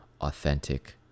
authentic